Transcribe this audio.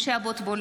(קוראת בשמות חברי הכנסת) משה אבוטבול,